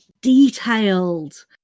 detailed